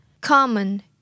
Common